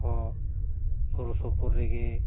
ᱚ ᱥᱩᱨ ᱥᱩᱯᱩᱨ ᱨᱮᱜᱮ